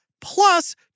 plus